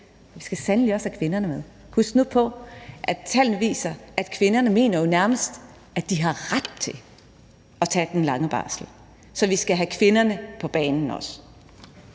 Vi skal sandelig også have kvinderne med. Husk nu på, at tallene viser, at kvinderne jo nærmest mener, at de har ret til at tage den lange barsel. Så vi skal også have kvinderne på banen.